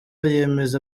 yemeza